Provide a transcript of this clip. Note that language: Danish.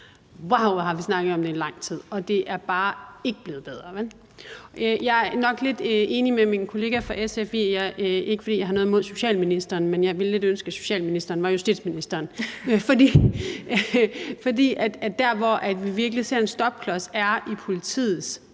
hvor har vi snakket om det i lang tid, og det er bare ikke blevet bedre, vel? Jeg er nok lidt enig med min kollega fra SF, ikke fordi jeg har noget imod social- og ældreministeren, men jeg ville lidt ønske, at social- og ældreministeren var justitsministeren, for der, hvor vi virkelig ser en stopklods, er i politiets